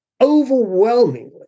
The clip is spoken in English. Overwhelmingly